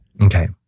okay